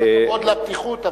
כל הכבוד לפתיחות.